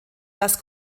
das